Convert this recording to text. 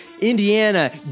Indiana